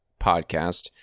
podcast